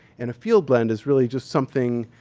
and a field blend is really just something